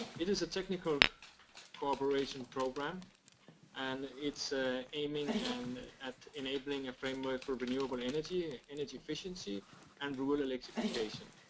it is a technical cooperation program and it's ah aiming and at enabling a framework for renewable energy, energy efficiency and rural electrification.